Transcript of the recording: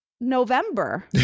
November